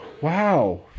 Wow